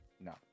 No